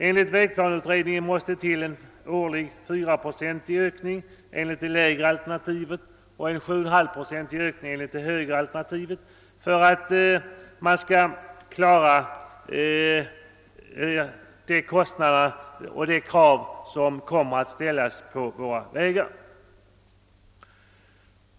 Enligt vägplaneutredningen måste det till en årlig fyraprocentig ökning enligt det lägre alternativet och en sjuochenhalvprocentig ökning enligt det högre för att man skall klara de krav som kommer att ställas på våra vägar.